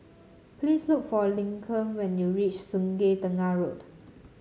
please look for Lincoln when you reach Sungei Tengah Road